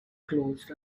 closed